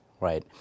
right